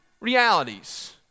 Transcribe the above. realities